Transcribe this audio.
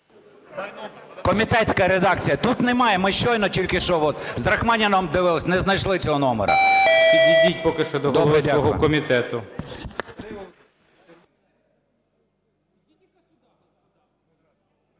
Комітетська редакція. Тут немає. Ми щойно тільки що от з Рахманіним дивились, не знайшли цього номера. ГОЛОВУЮЧИЙ. Підійдіть поки що до голови свого комітету.